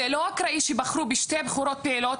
זה לא אקראי שבחרו בשתי בחורות פעילות